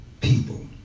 people